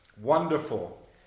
wonderful